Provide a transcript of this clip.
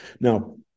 Now